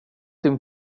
din